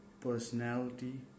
personality